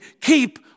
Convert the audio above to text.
keep